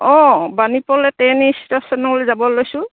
অঁ বাণীপুৰলৈ ট্ৰেইন ষ্টেচনলৈ যাব লৈছোঁ